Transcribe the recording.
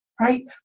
right